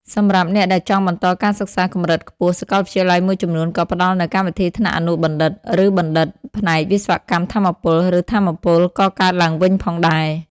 សម្រាប់អ្នកដែលចង់បន្តការសិក្សាកម្រិតខ្ពស់ សាកលវិទ្យាល័យមួយចំនួនក៏ផ្តល់នូវ កម្មវិធីថ្នាក់អនុបណ្ឌិត ឬបណ្ឌិត ផ្នែកវិស្វកម្មថាមពល ឬថាមពលកកើតឡើងវិញផងដែរ។